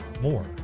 More